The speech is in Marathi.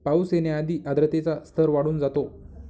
पाऊस येण्याआधी आर्द्रतेचा स्तर वाढून जातो